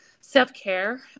Self-care